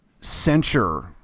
censure